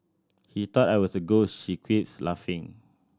he thought I was a ghost she quips laughing